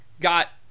got